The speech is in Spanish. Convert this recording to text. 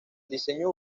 diseño